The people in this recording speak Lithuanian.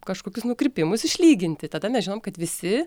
kažkokius nukrypimus išlyginti tada mes žinom kad visi